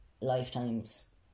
lifetimes